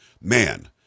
man